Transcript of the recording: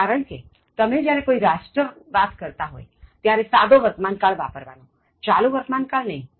કારણકે તમે જ્યારે કોઇ રાષ્ટ્ર વિશે વાત કરતા હોયત્યારે સાદો વર્તમાનકાળ વાપરવાનોચાલું વર્તમાન કાળ નહીં